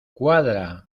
cuadra